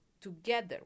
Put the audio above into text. together